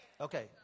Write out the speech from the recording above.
Okay